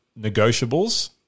negotiables